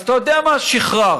אז אתה יודע מה, שחררנו.